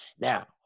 now